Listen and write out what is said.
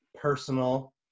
personal